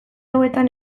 hauetan